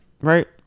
right